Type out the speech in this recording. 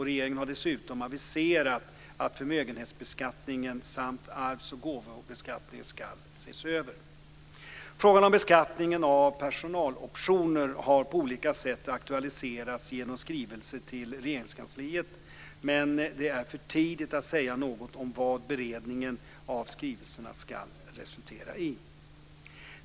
Regeringen har dessutom aviserat att förmögenhetsbeskattningen samt arvs och gåvobeskattningen ska ses över. Frågan om beskattningen av personaloptioner har på olika sätt aktualiserats genom skrivelser till Regeringskansliet, men det är för tidigt att säga något om vad beredningen av skrivelserna kan resultera i.